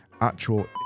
actual